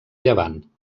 llevant